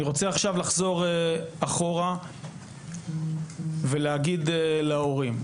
אני רוצה עכשיו לחזור אחורה ולהגיד להורים.